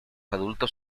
adultos